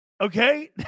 okay